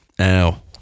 Ow